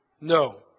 No